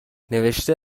نوشته